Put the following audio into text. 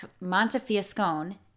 Montefiascone